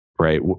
Right